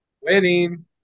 Winning